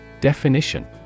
Definition